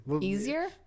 easier